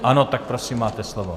Ano, tak prosím, máte slovo.